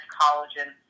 collagen